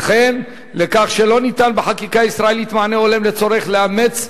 וכן לכך שלא ניתן בחקיקה הישראלית מענה הולם לצורך לאמץ,